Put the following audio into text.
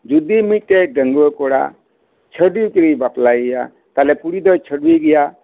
ᱡᱩᱫᱤ ᱢᱤᱫᱴᱮᱱ ᱰᱟᱹᱜᱩᱭᱟᱹ ᱠᱚᱲᱟ ᱪᱷᱟᱹᱰᱚᱣᱤ ᱠᱩᱲᱤᱭ ᱵᱟᱯᱞᱟ ᱮᱭᱟ ᱛᱟᱦᱚᱞᱮ ᱠᱩᱲᱤ ᱫᱚᱭ ᱪᱷᱟᱹᱰᱚᱭᱤ ᱜᱮᱭᱟ